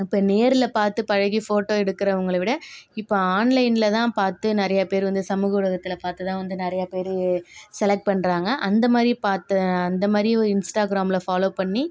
இப்போ நேரில் பார்த்து பழகி ஃபோட்டோ எடுக்கிறவங்கள விட இப்போ ஆன்லைனில் தான் பார்த்து நிறையா பேர் வந்து சமூக ஊடகத்தில் பார்த்து தான் வந்து நிறைய பேர் செலக்ட் பண்ணுறாங்க அந்த மாதிரி பார்த்து அந்த மாதிரியும் இன்ஸ்டாகிராமில் ஃபாலோவ் பண்ணி